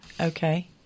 Okay